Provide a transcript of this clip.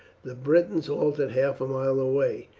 the britons halted half a mile away,